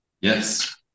yes